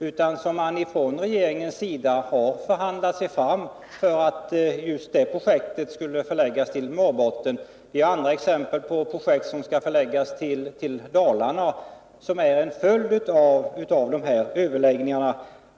Man har från regeringens sida förhandlat sig fram till att just det projektet skulle förläggas till Norrbotten. Som en följd av dessa överläggningar har vi också andra exempel på projekt som skall förläggas till Dalarna.